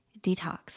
detox